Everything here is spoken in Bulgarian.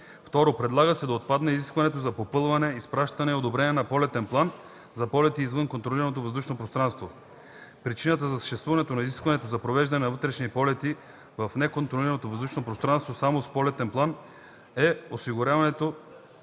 2. Предлага се да отпадне изискването за попълване, изпращане и одобрение на полетен план за полети извън контролираното въздушно пространство. Причината за съществуването на изискването за провеждане на вътрешни полети в неконтролираното въздушно пространство само с полетен план е осигуряването